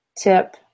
tip